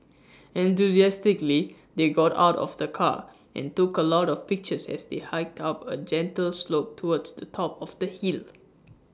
enthusiastically they got out of the car and took A lot of pictures as they hiked up A gentle slope towards the top of the hill